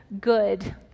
good